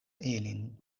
ilin